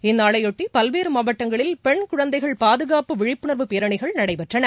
இந்நாளையொட்டிபல்வேறுமாவட்டங்களில் பென் குழந்தைகள் பாதுகாப்பு விழிப்புணா்வு பேரணிகள் நடைபெற்றன